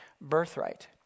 birthright